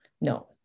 no